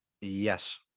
Yes